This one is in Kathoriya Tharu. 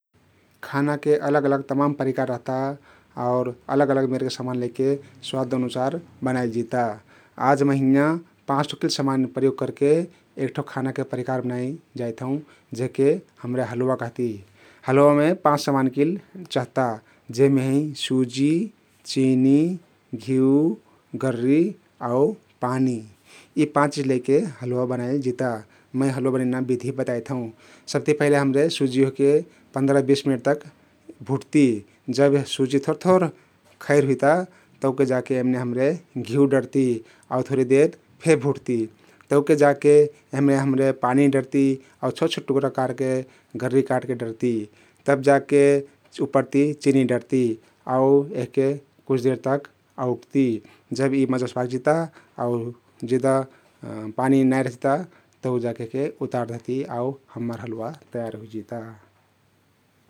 खानाके अलग अलग तमान परिकार रहता आउर अलग अलउ मेरके समान लैके स्वाद अनुसार बनाइल जिता । आज मै हिंयाँ पाँच ठो केल समान प्रयोग करके एक ठो खानाके परिकार बनाइ जाइत हउँ । जहके हम्रे हलुवा कहती । हलुवामे पाँच समान किल चहता । जेहमे हइ सुजी, चिनी, घियु, गररी आउ पानी । यी पाँच चिझ लैके हलुवा बनाइलजिता । मै हलुवा बनैना बिधि बताइ थउँ । सबति पहिले हम्रे सुजी ओहके पन्द्रा बिस मिनेट तक भुठती जब सुजी थोर थोर खैर हुइता तउके जाके यमने हम्रे घियु डरती आउ थोरी देर फे भुठती । तउके जाके यहमे हम्रे पानी डरती आउ छोट छोट टुक्रा काटके गररी काटके डरती । तब जाके उप्परती चिनी डरती आउ यहके कुछ देर तक अउटती जब यी मजस पाकजिता आउ जेदा पानी नाई रैहजिता तउ जा के यहके उतार देहती आउ हम्मर हलुवा तयार हुइजिता ।